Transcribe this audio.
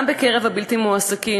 גם בקרב הבלתי-מועסקים